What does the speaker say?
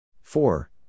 four